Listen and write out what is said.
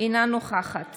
אינה נוכחת